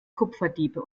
kupferdiebe